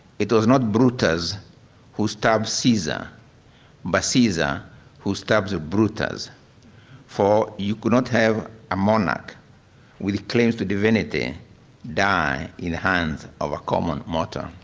it was not brutus who stabs caesar but caesar who stabs brutus for you could not have a monarch with claims to divinity die in the hands of a common mortal.